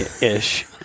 ish